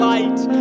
Light